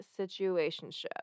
situationship